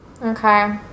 Okay